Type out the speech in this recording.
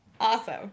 Awesome